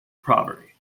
poverty